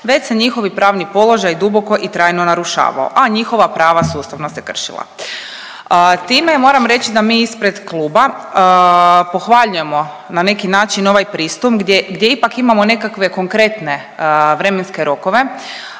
već se njihovi pravni položaj duboko i trajno narušavao, a njihova prava sustavno se kršila. Time moram reći da mi ispred kluba pohvaljujemo na neki način ovaj pristup gdje ipak imamo nekakve konkretne vremenske rokove,